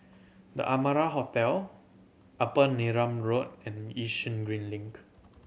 The Amara Hotel Upper Neram Road and Yishun Green Link